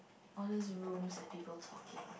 all those rooms and people talking